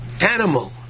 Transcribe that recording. animal